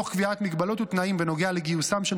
תוך קביעת מגבלות ותנאים בנוגע לגיוסם של